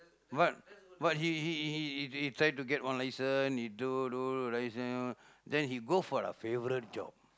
but but he he he he tried to get one license he do do license then he go for a favourite job